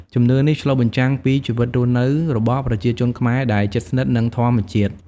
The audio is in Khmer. ជំនឿនេះឆ្លុះបញ្ចាំងពីជីវិតរស់នៅរបស់ប្រជាជនខ្មែរដែលជិតស្និទ្ធនឹងធម្មជាតិ។